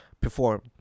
perform